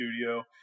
studio